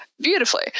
beautifully